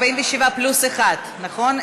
47 פלוס אחד, נכון?